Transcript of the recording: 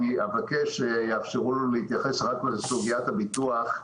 אני אבקש שיאפשרו לו להתייחס רק בסוגיית הביטוח.